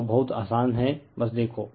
तो अब बहुत आसान है बस देखो